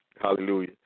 Hallelujah